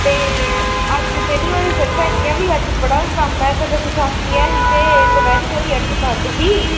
ते अज्ज ते नेईं होई सकदा इ'यां बी अज्ज बड़ा कम्म ऐ इत्थै ते बसाखी ऐही ते दपैह्री धोड़ी हट्टी बंद ही